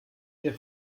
der